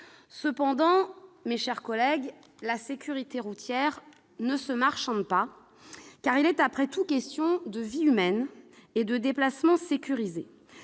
mois. Mes chers collègues, la sécurité routière ne se marchande pas. Il est question de vie humaine et de déplacements sécurisés.